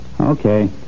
Okay